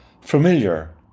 familiar